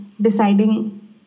deciding